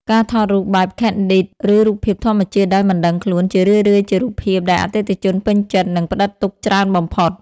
ការថតរូបបែប Candid ឬរូបភាពធម្មជាតិដោយមិនដឹងខ្លួន ជារឿយៗជារូបភាពដែលអតិថិជនពេញចិត្ត និងផ្ដិតទុកច្រើនបំផុត។